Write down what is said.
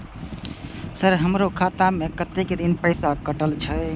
Sir हमारो खाता में कतेक दिन पैसा कटल छे?